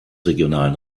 regionalen